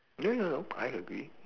no no no I agree